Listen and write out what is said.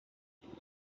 would